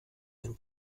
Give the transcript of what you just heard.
dem